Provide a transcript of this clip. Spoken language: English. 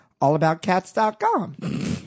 allaboutcats.com